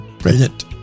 brilliant